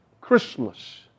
Christmas